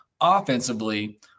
Offensively